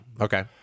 Okay